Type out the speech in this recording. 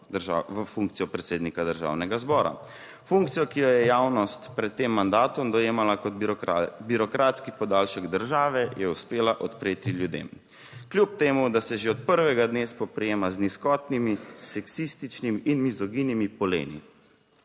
v funkcijo predsednika Državnega zbora. Funkcijo, ki jo je javnost pred tem mandatom dojemala kot birokratski podaljšek države, je uspela odpreti ljudem kljub temu, da se že od prvega dne spoprijema z nizkotnimi seksističnimi in mizoginimi poleni.